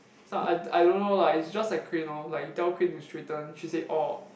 I I don't know lah it's just like crane lor you tell the crane to straighten she say orh